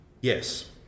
Yes